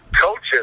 coaches